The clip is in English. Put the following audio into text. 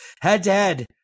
Head-to-head